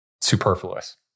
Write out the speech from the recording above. superfluous